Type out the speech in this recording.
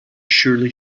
surly